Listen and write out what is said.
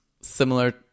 similar